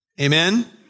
Amen